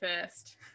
first